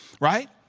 right